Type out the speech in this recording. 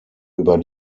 über